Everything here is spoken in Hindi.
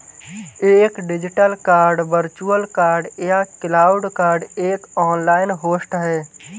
एक डिजिटल कार्ड वर्चुअल कार्ड या क्लाउड कार्ड एक ऑनलाइन होस्ट है